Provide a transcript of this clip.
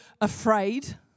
afraid